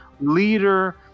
leader